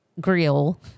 grill